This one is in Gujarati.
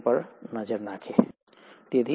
પરંતુ જો કોઈ આરએનએ પર નજર નાખે